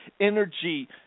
energy